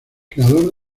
creador